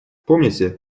помните